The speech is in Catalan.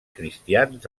cristians